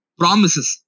promises